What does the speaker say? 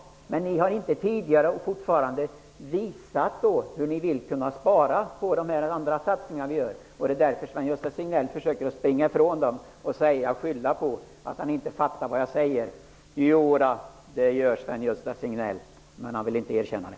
Men ni har inte visat tidigare och har fortfarande inte gjort det, hur ni vill spara på de andra satsningarna. Det är därför Sven-Gösta Signell försöker springa ifrån mina invändningar och skylla på att han inte fattar vad jag säger. Jo då, det gör Sven-Gösta Signell, men han vill inte erkänna det.